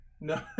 No